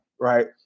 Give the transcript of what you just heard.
right